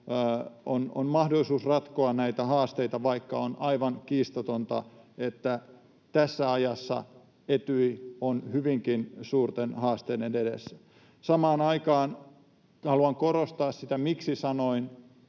on mahdollisuus ratkoa näitä haasteita, vaikka on aivan kiistatonta, että tässä ajassa Etyj on hyvinkin suurten haasteiden edessä. Samaan aikaan haluan korostaa sitä, että syy